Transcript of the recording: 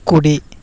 కుడి